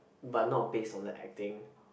but not based on the acting